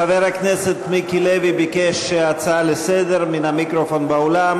חבר הכנסת מיקי לוי ביקש הצעה לסדר מן המיקרופון באולם.